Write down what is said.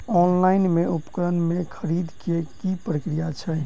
Online मे उपकरण केँ खरीदय केँ की प्रक्रिया छै?